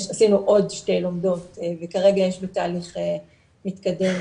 עשינו עוד שתי לומדות וכרגע יש בתהליך מתקדם